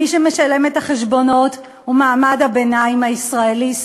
מי שמשלם את החשבונות הוא מעמד הביניים הישראלי".